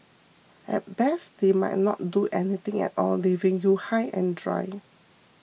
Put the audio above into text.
at best they might not do anything at all leaving you high and dry